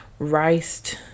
riced